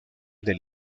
del